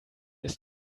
ist